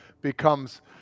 becomes